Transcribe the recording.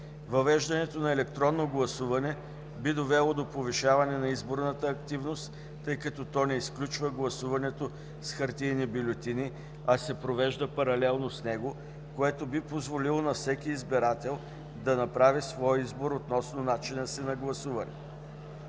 Въвеждането на електронно гласуване би довело до повишаване на изборната активност, тъй като то не изключва гласуването с хартиени бюлетини, а се провежда паралелно с него, което би позволило на всеки избирател да направи своя избор относно начина си на гласуване.